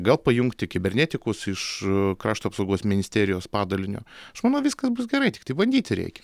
gal pajungti kibernetikus iš krašto apsaugos ministerijos padalinio aš manau viskas bus gerai tiktai bandyti reikia